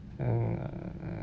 mm